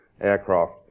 aircraft